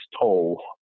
toll